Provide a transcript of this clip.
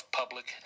public